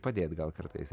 padėt gal kartais